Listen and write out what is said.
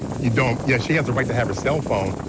you know um yes, she has the right to have her cell phone,